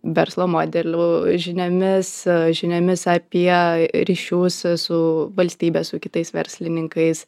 verslo modelių žiniomis žiniomis apie ryšius su valstybe su kitais verslininkais